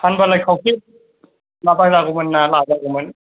फानबालाय खावसे माबाजागौमोनना लाजागौमोन